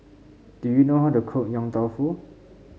do you know how to cook Yong Tau Foo